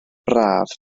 braf